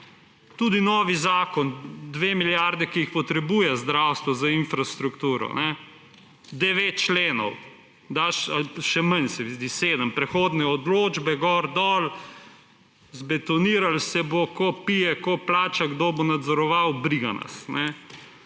Tudi novi zakon, 2 milijardi, ki jih potrebuje zdravstvo za infrastrukturo, 9. členov ‒ še manj, se mi zdi, 7 ‒, prehodne odločbe, gor, dol, zbetoniralo se bo, kdo pije, kdo plača, kdo bo nadzoroval – briga nas.